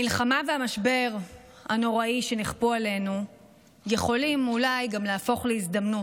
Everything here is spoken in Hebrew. המלחמה והמשבר הנוראי שנכפו עלינו יכולים אולי גם להפוך להזדמנות,